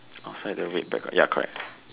outside the red bag right ya correct